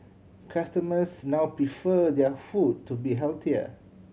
customers now prefer their food to be healthier